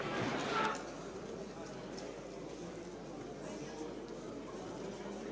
Hvala vam